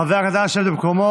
חברי הכנסת, נא לשבת במקומות.